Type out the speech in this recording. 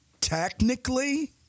Technically